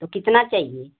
तो कितना चाहिए